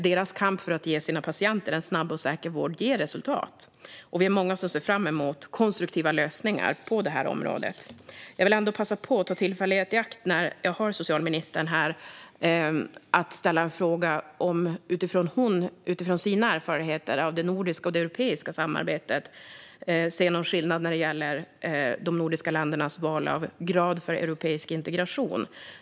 Deras kamp för att ge patienter en snabb och säker vård ger resultat. Vi är många som ser fram emot konstruktiva lösningar på området. Jag vill ändå, när socialministern är här, ta tillfället i akt att ställa en fråga om hon, utifrån sina erfarenheter av det nordiska och europeiska samarbetet, ser någon skillnad när det gäller de nordiska ländernas val av grad för europeisk integration.